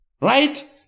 right